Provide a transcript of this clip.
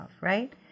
right